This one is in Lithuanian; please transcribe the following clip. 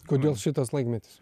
kodėl šitas laikmetis